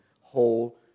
whole